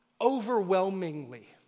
Overwhelmingly